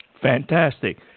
Fantastic